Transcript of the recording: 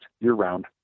year-round